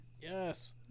Yes